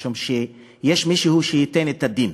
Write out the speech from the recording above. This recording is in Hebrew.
משום שיש מישהו שצריך שייתן את הדין.